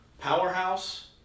powerhouse